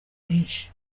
menshi